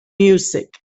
music